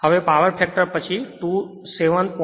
હવે power factor પછી 27